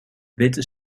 witte